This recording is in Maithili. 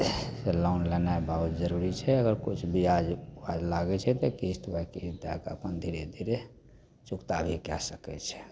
तऽ लोन लेनाइ बहुत जरूरी छै अगर किछु बिआज लागै छै तऽ किश्त बाइ किश्त दैके अपन धीरे धीरे चुकता भी कै सकै छै